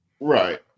Right